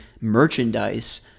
merchandise